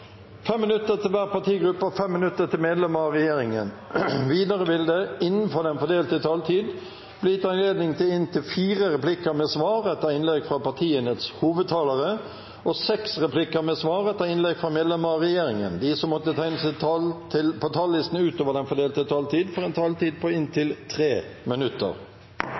minutter til hver partigruppe og 5 minutter til medlemmer av regjeringen. Videre vil det – innenfor den fordelte taletid – bli gitt anledning til inntil fem replikker med svar etter innlegg fra medlemmer av regjeringen, og de som måtte tegne seg på talerlisten utover den fordelte taletid, får en taletid på inntil 3 minutter.